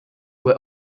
were